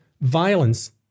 violence